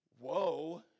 Whoa